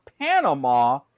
Panama